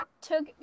took